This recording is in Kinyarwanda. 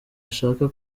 ashaka